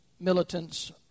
Militants